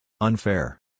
Unfair